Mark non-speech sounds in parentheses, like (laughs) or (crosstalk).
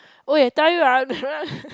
!oi! I tell you ah (laughs)